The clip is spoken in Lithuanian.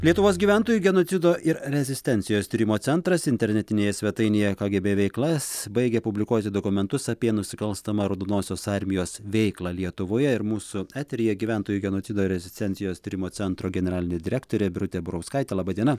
lietuvos gyventojų genocido ir rezistencijos tyrimo centras internetinėje svetainėje kgb veiklas baigė publikuoti dokumentus apie nusikalstamą raudonosios armijos veiklą lietuvoje ir mūsų eteryje gyventojų genocido rezistencijos tyrimo centro generalinė direktorė birutė burauskaitė laba diena